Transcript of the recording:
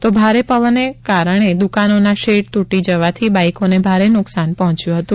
તો ભારે પવને કારણે દુકાનોના શેડ તૂટી જવાથી બાઈકોને ભારે નુકસાન પહોંચ્યું હતું